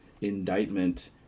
indictment